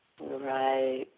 Right